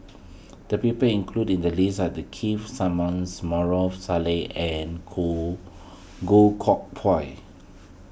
the people included in the list are the Keith Simmons Maarof Salleh and Goh Goh Koh Pui